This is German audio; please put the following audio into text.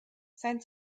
sein